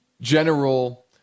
general